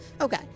Okay